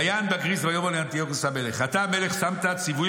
"ויען בגריס ויאמר לאנטיוכוס המלך: אתה המלך שמת ציווי